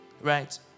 Right